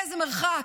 איזה מרחק,